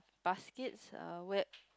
baskets are wet